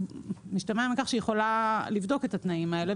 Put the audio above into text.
משתמע מכך שהיא יכולה לבדוק את התנאים האלה,